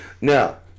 Now